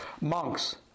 Monks